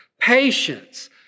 patience